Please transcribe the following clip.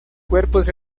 cuerpos